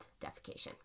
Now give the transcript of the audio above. defecation